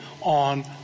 on